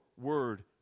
word